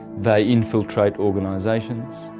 they infiltrate organizations,